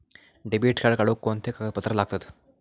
Debit card काढुक कोणते कागदपत्र लागतत?